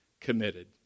committed